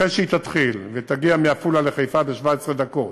אחרי שהיא תתחיל, ותגיע מעפולה לחיפה ב-17 דקות,